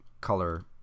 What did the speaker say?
color